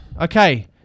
Okay